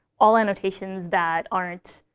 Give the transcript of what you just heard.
all annotations that aren't,